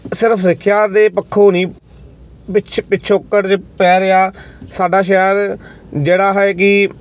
ਸਿਰਫ਼ ਸਿੱਖਿਆ ਦੇ ਪੱਖੋਂ ਨਹੀਂ ਵਿੱਚ ਪਿਛੋਕੜ 'ਚ ਪੈ ਰਿਹਾ ਸਾਡਾ ਸ਼ਹਿਰ ਜਿਹੜਾ ਹੈ ਕਿ